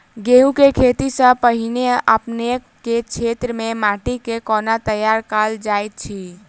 गेंहूँ केँ खेती सँ पहिने अपनेक केँ क्षेत्र मे माटि केँ कोना तैयार काल जाइत अछि?